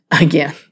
again